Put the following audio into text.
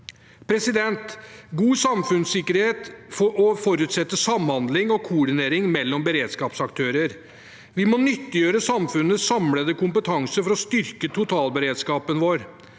historie. God samfunnssikkerhet forutsetter samhandling og koordinering mellom beredskapsaktører. Vi må nyttiggjøre samfunnets samlede kompetanse for å styrke totalberedskapen vår.